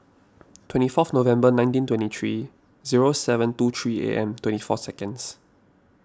twenty fourth November nineteen twenty three zero seven two three A M twenty four seconds